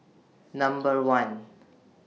Number one